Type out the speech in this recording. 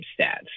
stats